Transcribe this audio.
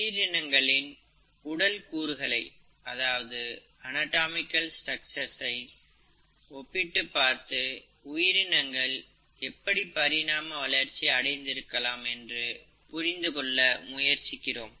உயிரினங்களின் உடல் கூறுகளை ஒப்பிட்டு பார்த்து உயிரினங்கள் எப்படி பரிணாம வளர்ச்சி அடைந்து இருக்கலாம் என்று புரிந்து கொள்ள முயற்சிக்கிறோம்